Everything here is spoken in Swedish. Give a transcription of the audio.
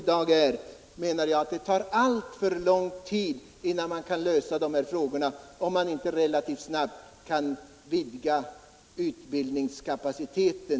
Det tar alltför lång tid innan man kan lösa de här frågorna om man inte relativt snabbt kan vidga utbildningskapaciteten.